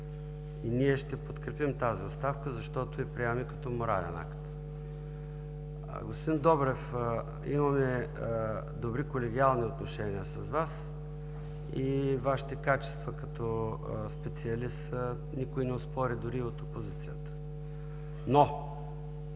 Ние ще подкрепим тази оставка, защото я приемаме като морален акт. Господин Добрев, имаме добри колегиални отношения с Вас, и Вашите качества като специалист никой не оспори дори от опозицията, но